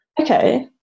Okay